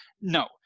no